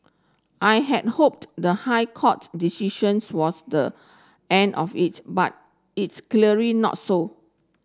I had hoped the High Court decisions was the end of it but it's clearly not so